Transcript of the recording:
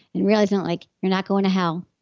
and realizing like you're not going to hell.